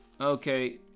Okay